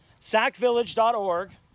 sackvillage.org